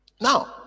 Now